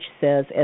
says